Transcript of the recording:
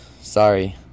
Sorry